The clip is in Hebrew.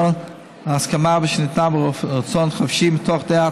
הסכמה שניתנה מרצון חופשי ומתוך דעה צלולה.